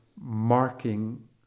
marking